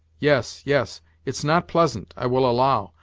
yes, yes it's not pleasant, i will allow,